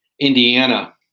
Indiana